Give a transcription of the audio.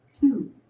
two